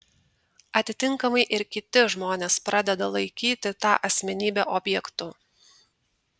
atitinkamai ir kiti žmonės pradeda laikyti tą asmenybę objektu